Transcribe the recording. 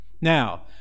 Now